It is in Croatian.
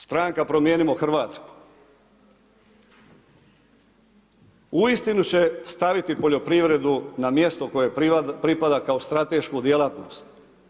Stranka Promijenimo Hrvatsku uistinu će staviti poljoprivredu na mjesto koje joj pripada kao stratešku djelatnost.